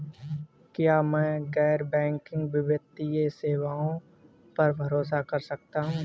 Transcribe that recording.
क्या मैं गैर बैंकिंग वित्तीय सेवाओं पर भरोसा कर सकता हूं?